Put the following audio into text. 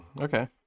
Okay